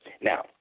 Now